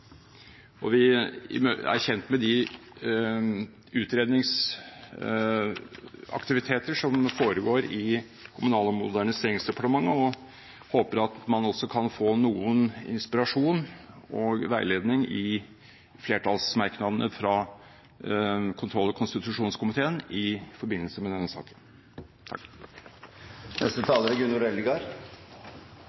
Vi er kjent med de utredningsaktiviteter som foregår i Kommunal- og moderniseringsdepartementet, og håper at man også kan få noe inspirasjon og veiledning i flertallsmerknadene fra kontroll- og konstitusjonskomiteen i forbindelse med denne saken.